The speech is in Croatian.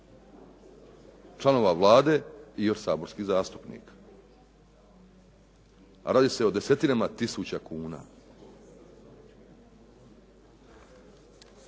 članova Vlade i od saborskih zastupnika, a radi se o desetinama tisuća kuna.